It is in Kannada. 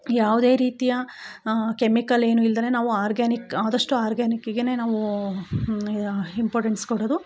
ಯಾವುದೆ ರೀತಿಯ ಕೆಮಿಕಲ್ ಏನೂ ಇಲ್ದೆ ನಾವು ಆರ್ಗ್ಯಾನಿಕ್ ಆದಷ್ಟು ಆರ್ಗ್ಯಾನಿಕಿಗೆ ನಾವು ಇಂಪೋರ್ಟೆನ್ಸ್ ಕೊಡೊದು